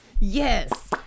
Yes